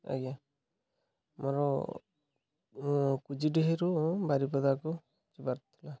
ଆଜ୍ଞା ମୋର କୁଜିଡ଼ିରୁ ବାରିପଦାକୁ ଯିବାର ଥିଲା